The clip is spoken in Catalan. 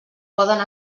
poden